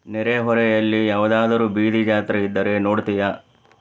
ನೆರೆಹೊರೆಯಲ್ಲಿ ಯಾವುದಾದರೂ ಬೀದಿ ಜಾತ್ರೆ ಇದ್ದರೆ ನೋಡ್ತೀಯಾ